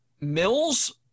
Mills